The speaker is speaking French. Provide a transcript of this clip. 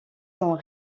sont